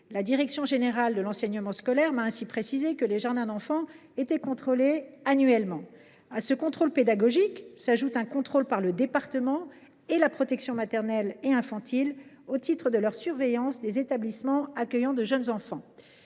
La direction générale de l’enseignement scolaire (Dgesco) m’a ainsi précisé que les jardins d’enfants étaient contrôlés annuellement. À ce contrôle pédagogique s’ajoute un contrôle par le département et la PMI au titre de la surveillance des établissements d’accueil du jeune enfant